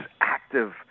active